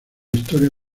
historia